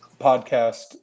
podcast